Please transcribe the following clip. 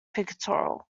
pictorial